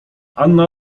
anna